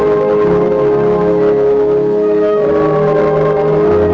or or or